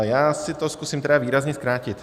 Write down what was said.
Já si to zkusím výrazně zkrátit.